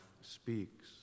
speaks